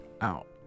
out